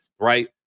Right